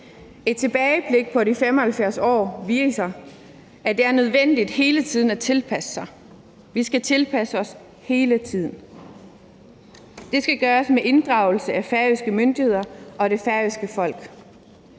Et tilbageblik på de 75 år viser, at det er nødvendigt hele tiden at tilpasse sig. Vi skal tilpasse os hele tiden. Det skal gøres med inddragelse af færøske myndigheder og det færøske folk.